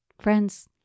Friends